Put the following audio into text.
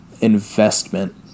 investment